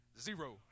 Zero